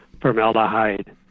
formaldehyde